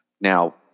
Now